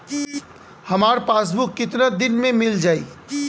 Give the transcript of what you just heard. हमार पासबुक कितना दिन में मील जाई?